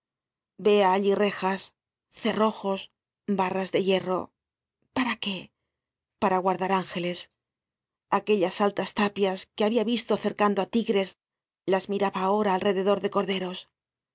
vea allí rejas cerrojos barras de hierro para qué para guardar ángeles aquellas altas tapias que habia visto cercando á tigres las miraba ahora alrededor de corderos